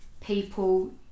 people